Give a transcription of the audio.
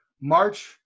march